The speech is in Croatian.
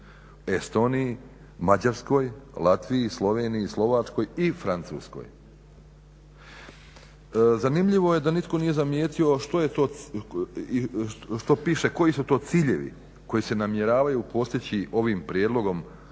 Estoniji, Mađarskoj, Latviji, Sloveniji, Slovačkoj i Francuskoj. Zanimljivo je da nitko nije zamijetio što piše koji su to ciljevi koji se namjeravaju postići ovim prijedlogom